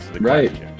Right